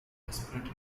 desperate